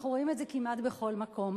אנחנו רואים את זה כמעט בכל מקום.